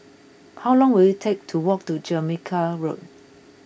how long will it take to walk to Jamaica Road